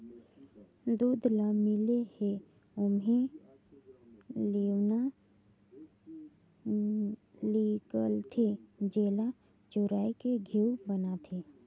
दूद ल मले ले ओम्हे लेवना हिकलथे, जेला चुरायके घींव बनाथे